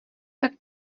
tak